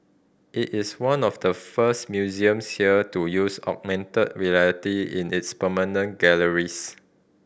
it is one of the first museums here to use augmented reality in its permanent galleries